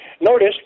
Notice